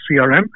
CRM